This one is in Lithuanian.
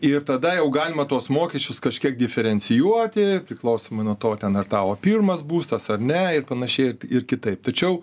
ir tada jau galima tuos mokesčius kažkiek diferencijuoti priklausomai nuo to ten ar tavo pirmas būstas ar ne ir panašiai ir kitaip tačiau